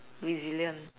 resilient